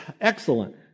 excellent